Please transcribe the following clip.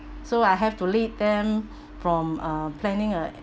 so I have to lead them from uh planning a